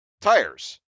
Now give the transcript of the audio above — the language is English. tires